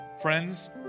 Friends